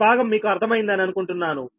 ఈ భాగం మీకు అర్థం అయింది అని అనుకుంటున్నాను